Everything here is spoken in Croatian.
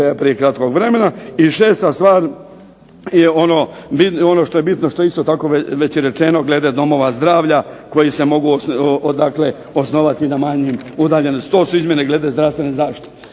prije kratkog vremena. I 6. stvar je ono što je bitno što je isto tako rečeno glede domova zdravlja koji se mogu osnovati na manjim udaljenostima. To su izmjene glede zdravstvene zaštite.